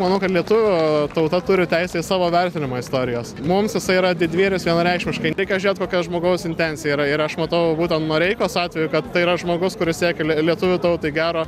manau kad lietuvių tauta turi teisę į savo vertinimą istorijos mums jisai yra didvyris vienareikšmiškai reikia žiūrėt kokia žmogaus intencija yra ir aš matau būtent noreikos atveju kad tai yra žmogus kuris siekė lie lietuvių tautai gero